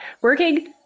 working